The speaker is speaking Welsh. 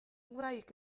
ngwraig